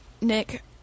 Nick